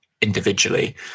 individually